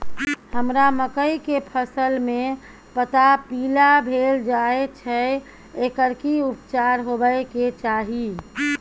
हमरा मकई के फसल में पता पीला भेल जाय छै एकर की उपचार होबय के चाही?